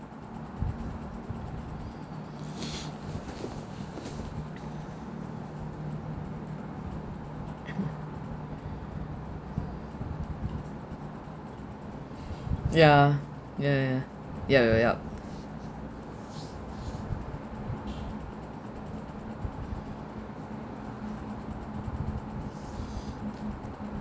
ya yea ya ya yup